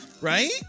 right